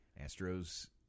Astros